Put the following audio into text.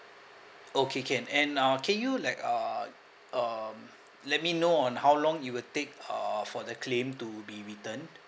okay can and uh can you like uh um let me know on how long it will take uh for the claim to be returned